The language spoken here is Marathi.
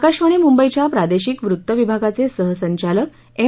आकाशवाणी मुंबईच्या प्रादेशिक वृत्त विभागाचे सहसंचालक एम